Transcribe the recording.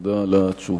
תודה על התשובה.